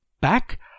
back